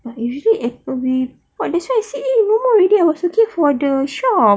but usually apple with !wah! that's why I say eh no more already I was looking for the shop